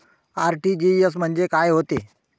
RTGS म्हंजे काय होते?